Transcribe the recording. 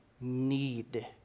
need